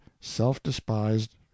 self-despised